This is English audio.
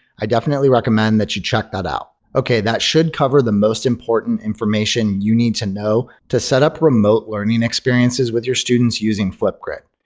i definitely recommend that you check that out. okay that should cover the most important information you need to know to set up remote learning experiences with your students using flipgrid.